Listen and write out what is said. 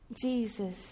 Jesus